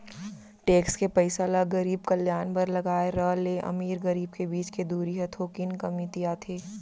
tax के पइसा ल गरीब कल्यान बर लगाए र ले अमीर गरीब के बीच के दूरी ह थोकिन कमतियाथे